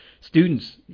Students